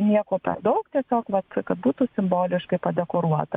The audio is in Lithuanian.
nieko per daug tiesiog vat kad būtų simboliškai padekoruota